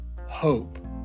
hope